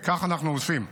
וכך אנחנו עושים.